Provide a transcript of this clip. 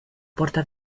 porta